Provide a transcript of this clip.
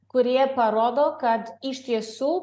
kurie parodo kad iš tiesų